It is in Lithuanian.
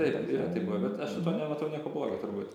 taip yra taip buvę bet aš su tuo nematau nieko blogo turbūt